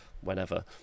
whenever